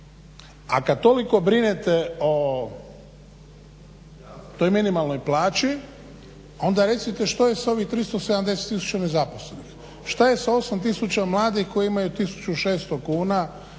A kad toliko brinete o toj minimalnoj plaći onda recite što je s ovih 370 tisuća nezaposlenih, šta je sa 8 tisuća kuna mladih koji imaju 1600 kao